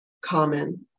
common